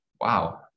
wow